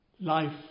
life